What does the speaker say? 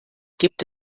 gibt